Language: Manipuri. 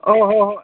ꯑꯣ ꯍꯣꯏ ꯍꯣꯏ